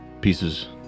pieces